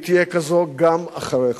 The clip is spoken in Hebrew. והיא תהיה כזאת גם אחריך.